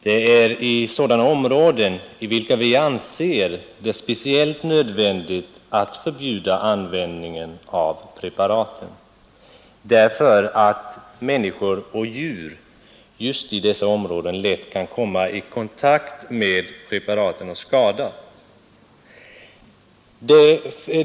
Det är i sådana områden i vilka vi anser det speciellt nödvändigt att förbjuda användningen av preparaten, därför att människor och djur just där lätt kan komma i kontakt med preparaten och skadas.